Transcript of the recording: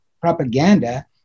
propaganda